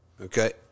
okay